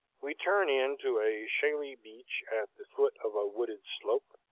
we turn in to a shaly beach at the foot of a wooded slope,